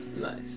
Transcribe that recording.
Nice